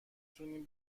تونیم